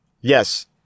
Yes